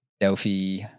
Delphi